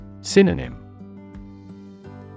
Synonym